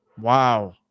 wow